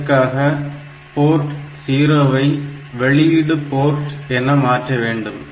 இதற்காக போர்ட் 0 ஐ வெளியீடு போர்ட் என மாற்ற வேண்டும்